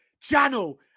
channel